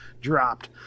dropped